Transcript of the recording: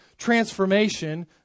Transformation